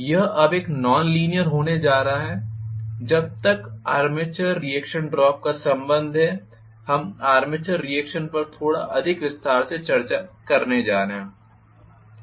यह अब एक नॉन लीनियर होने जा रहा है जब तक आर्मेचर रिएक्शन ड्रॉप का संबंध है हम आर्मेचर रीएक्शन पर थोड़ा अधिक विस्तार से चर्चा करने जा रहे हैं